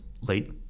late